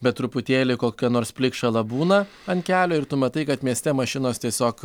bet truputėlį kokia nors plikšala būna ant kelio ir tu matai kad mieste mašinos tiesiog